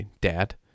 dad